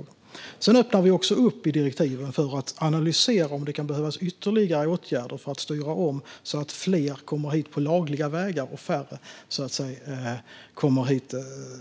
I direktiven öppnar vi också upp för att analysera om det kan behövas ytterligare åtgärder för att styra om så att fler kommer hit på lagliga vägar och så att färre kommer